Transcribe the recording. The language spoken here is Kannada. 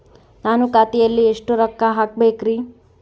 ನಾನು ಖಾತೆಯಲ್ಲಿ ಎಷ್ಟು ರೊಕ್ಕ ಹಾಕಬೇಕ್ರಿ?